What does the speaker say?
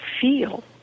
feel